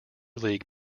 league